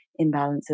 imbalances